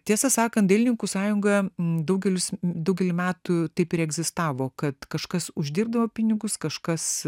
tiesą sakant dailininkų sąjunga daugelis daugelį metų taip ir egzistavo kad kažkas uždirbdavo pinigus kažkas